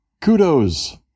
kudos